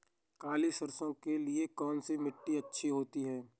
काली सरसो के लिए कौन सी मिट्टी अच्छी होती है?